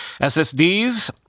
SSDs